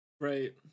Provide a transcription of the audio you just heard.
right